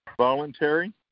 Voluntary